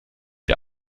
der